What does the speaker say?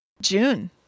June